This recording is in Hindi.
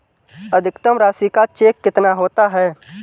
अधिकतम राशि का चेक कितना होता है?